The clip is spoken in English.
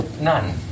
None